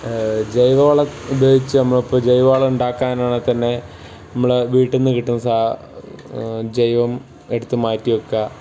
ജൈവവളം ഉപയോഗിച്ച് നമ്മളിപ്പോൾ ജൈവവളം ഉണ്ടാക്കാനാണെങ്കിൽത്തന്നെ നമ്മൾ വീട്ടിൽ നിന്നു കിട്ടുന്ന ജൈവം എടുത്തു മാറ്റിവയ്ക്കുക